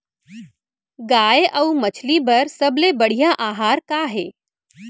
गाय अऊ मछली बर सबले बढ़िया आहार का हे?